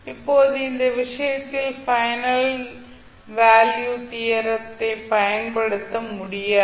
இப்போது இந்த விஷயத்தில் பைனல் வேல்யூ தியரம் ஐ பயன்படுத்த முடியாது